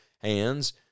hands